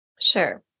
Sure